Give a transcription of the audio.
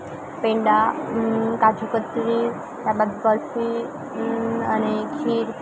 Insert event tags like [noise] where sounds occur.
પેંડા કાજુ કતરી [unintelligible] બરફી અને ખીર